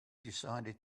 decided